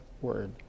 Word